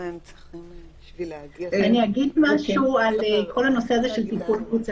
אני סגנית שירות מבחן למבוגרים.